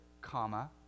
comma